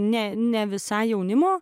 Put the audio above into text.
ne ne visai jaunimo